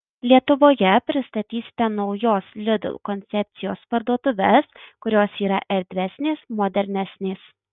lietuvoje pristatysite naujos lidl koncepcijos parduotuves kurios yra erdvesnės modernesnės